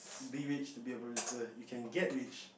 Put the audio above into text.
be rich to be a producer you can get rich